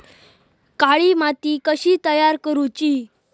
काळी माती कशी तयार करूची?